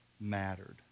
mattered